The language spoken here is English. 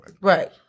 Right